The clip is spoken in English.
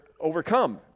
overcome